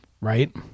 Right